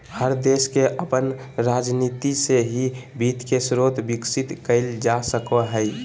हर देश के अपन राजनीती से ही वित्त के स्रोत विकसित कईल जा सको हइ